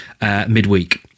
midweek